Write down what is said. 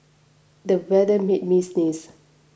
the weather made me sneeze